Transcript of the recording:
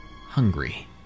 hungry